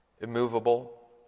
immovable